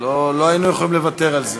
לא היינו יכולים לוותר על זה.